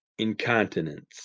Incontinence